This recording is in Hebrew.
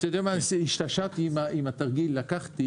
לקחתי